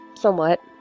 somewhat